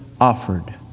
offered